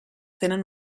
tenen